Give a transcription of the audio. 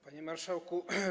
Panie Marszałku!